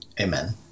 Amen